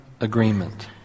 agreement